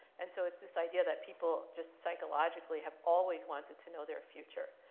and so it's this idea that people just psychologically have always wanted to know their future.